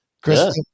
Chris